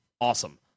Awesome